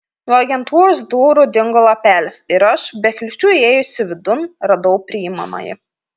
nuo agentūros durų dingo lapelis ir aš be kliūčių įėjusi vidun radau priimamąjį